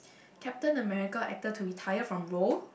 Captain America actor to retire from role